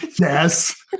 yes